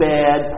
Bad